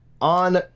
on